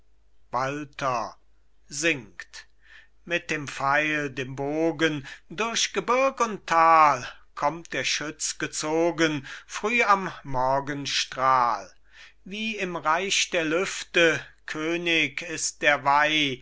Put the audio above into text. singt mit dem pfeil dem bogen durch gebirg und tal kommt der schütz gezogen früh am morgenstrahl wie im reich der lüfte könig ist der